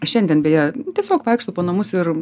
šiandien beje tiesiog vaikštau po namus ir